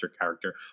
character